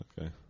Okay